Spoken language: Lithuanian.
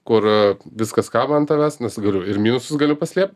kur viskas kaba ant tavęs nes galiu ir minusus galiu paslėpt